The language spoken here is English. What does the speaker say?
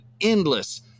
endless